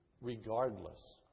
Regardless